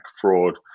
fraud